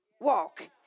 walk